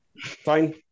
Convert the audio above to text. Fine